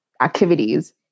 activities